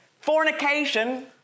fornication